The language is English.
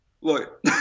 look